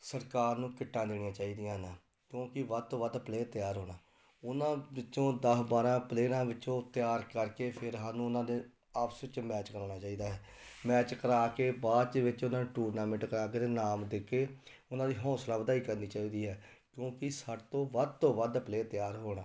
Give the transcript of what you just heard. ਸਰਕਾਰ ਨੂੰ ਕਿੱਟਾਂ ਦੇਣੀਆਂ ਚਾਹੀਦੀਆਂ ਹਨ ਕਿਉਂਕਿ ਵੱਧ ਤੋਂ ਵੱਧ ਪਲੇਅਰ ਤਿਆਰ ਹੋਣ ਉਹਨਾਂ ਵਿੱਚੋਂ ਦਸ ਬਾਰ੍ਹਾਂ ਪਲੇਅਰਾਂ ਵਿੱਚੋਂ ਤਿਆਰ ਕਰਕੇ ਫੇਰ ਸਾਨੂੰ ਉਹਨਾਂ ਦੇ ਆਪਸ ਵਿੱਚ ਮੈਚ ਕਰਵਾਉਣਾ ਚਾਹੀਦਾ ਹੈ ਮੈਚ ਕਰਾ ਕੇ ਬਾਅਦ 'ਚ ਵਿੱਚ ਉਹਨਾਂ ਦਾ ਟੂਰਨਾਮੈਂਟ ਕਰਾ ਕੇ ਅਤੇ ਇਨਾਮ ਦੇ ਕੇ ਉਹਨਾਂ ਦੀ ਹੋਂਸਲਾ ਵਧਾਈ ਕਰਨੀ ਚਾਹੀਦੀ ਹੈ ਕਿਉਂਕਿ ਸਾਡੇ ਤੋਂ ਵੱਧ ਤੋਂ ਵੱਧ ਪਲੇਅਰ ਤਿਆਰ ਹੋਣ